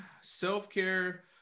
Self-care